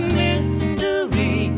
mystery